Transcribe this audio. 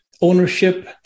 ownership